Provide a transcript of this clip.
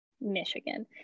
Michigan